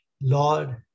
Lord